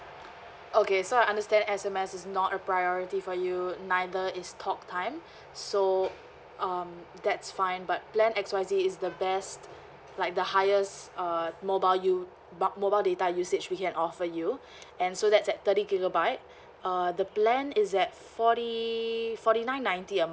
okay so I understand S_M_S is not a priority for you neither is talk time so um that's fine but plan X Y Z is the best like the highest uh mobile u~ b~ mobile data usage we can offer you and so that's at thirty gigabyte uh the plan is at forty forty nine ninety a